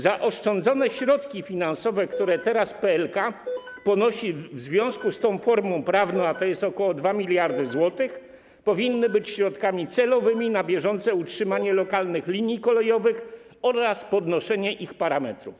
Zaoszczędzone środki finansowe, które teraz PLK ponosi w związku z tą formą prawną, a to jest ok. 2 mld zł, powinny być środkami celowymi na bieżące utrzymanie lokalnych linii kolejowych oraz podnoszenie ich parametrów.